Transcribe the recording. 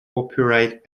copyright